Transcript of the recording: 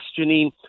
Janine